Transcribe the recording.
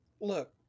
look